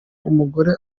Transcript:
umugore